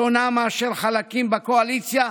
שונה מאשר של חלקים בקואליציה,